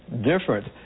different